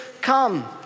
come